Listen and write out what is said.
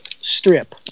strip